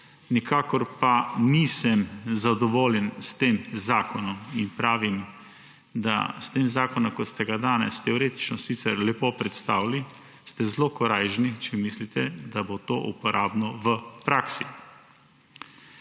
Nikakor nisem zadovoljen s tem zakonom in pravim, da s tem zakonom, kot ste ga danes teoretično sicer lepo predstavili, ste zelo korajžni, če mislite, da bo to uporabno v praksi.